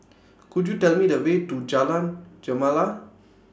Could YOU Tell Me The Way to Jalan Gemala